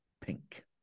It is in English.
pink